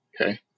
Okay